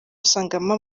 usangamo